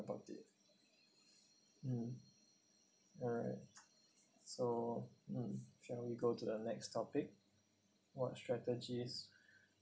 about it mm all right so mm shall we go to the next topic what strategies